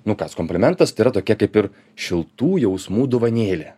nu kas komplimentas tai yra tokia kaip ir šiltų jausmų dovanėlė